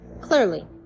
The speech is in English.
clearly